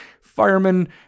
firemen